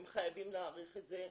הם חייבים להאריך את זה,